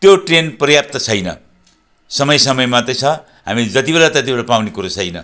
त्यो ट्रेन पर्याप्त छैन समय समय मात्र छ हामीले जति बेला त्यति बेला पाउने कुरो छैन